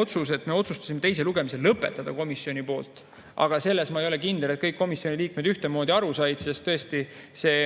otsus, et me otsustasime teise lugemise lõpetada komisjoni poolt, aga ma ei ole kindel, et kõik komisjoni liikmed sellest ühtemoodi aru said, sest tõesti see